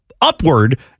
upward